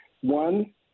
one